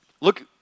Look